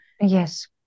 yes